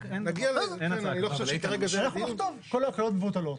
אנחנו נכתוב, כל ההקלות מבוטלות.